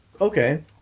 okay